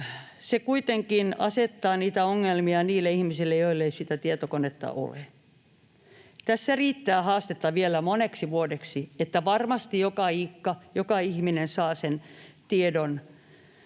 Se kuitenkin asettaa ongelmia niille ihmisille, joilla ei sitä tietokonetta ole. Tässä riittää haastetta vielä moneksi vuodeksi, että varmasti joka iikka, joka ihminen, saa sen tiedon,